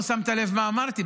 לא שמת לב מה אמרתי,